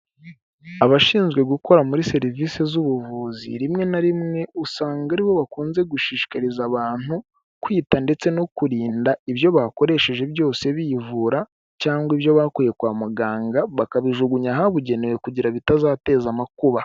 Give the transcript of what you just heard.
Abashinzwe gukora muri serivise z'ubuvuzi rimwe na rimwe usanga ari bo bakunze gushishikariza abantu kwita ndetse no kurinda ibyo bakoresheje byose bivura cyangwa ibyo bakuye kwa muganga, bakabijugunya ahabugenewe kugira bitazateza amakuba.